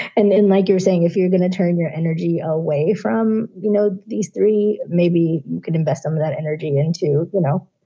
and then like you're saying, if you're going to turn your energy away from, you know, these three, maybe you could invest some of that energy into, you know,